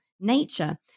nature